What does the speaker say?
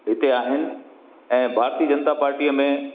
हिते आहिनि ऐं भारतीय जनता पाटीअ में